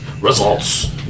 results